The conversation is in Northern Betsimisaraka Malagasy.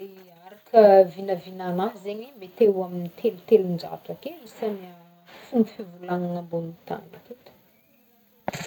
Ya, araka vinavinagnahy zegy e, mety eo amy teo telonjato ake isan fomba fivolagnagna ambonin'ny tany aketo.